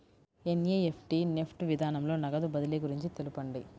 NEFT NEFT విధానంలో నగదు బదిలీ గురించి తెలుపండి?